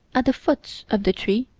at the foot of the tree,